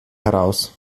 heraus